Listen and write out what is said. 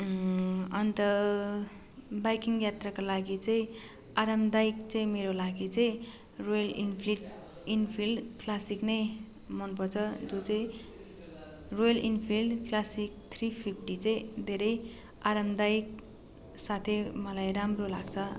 अन्त बाइकिङ यात्राको लागि चाहिँ आरामदायक चाहिँ मेरो लागि चाहिँ रोयल इन्फ्लिड इन्फिल्ड क्लासिक नै मनपर्छ जो चाहिँ Royal Enfield Classic three fifty चाहिँ धेरै आरामदायक साथै मलाई राम्रो लाग्छ